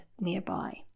nearby